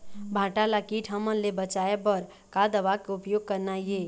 भांटा ला कीट हमन ले बचाए बर का दवा के उपयोग करना ये?